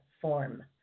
form